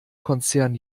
konzern